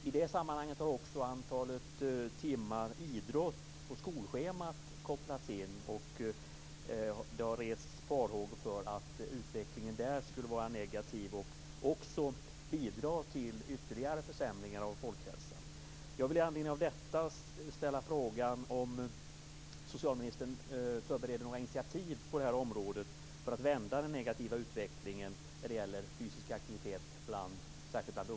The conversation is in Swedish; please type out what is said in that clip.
I det sammanhanget har också antalet idrottstimmar på skolschemat uppmärksammats, och det har rests farhågor för en negativ utveckling som skulle bidra till ytterligare försämringar av folkhälsan.